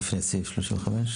לפני סעיף 35?